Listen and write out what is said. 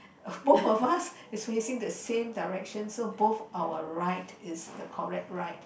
both of us is facing the same direction so both our right is the correct right